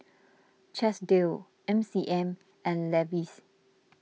Chesdale M C M and Levi's